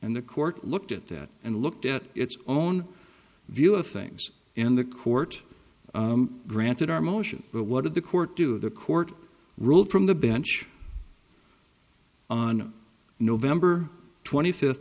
and the court looked at that and looked at its own view of things in the court granted our motion but what did the court do the court ruled from the bench on november twenty fifth